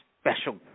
special